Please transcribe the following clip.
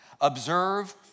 Observe